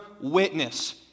witness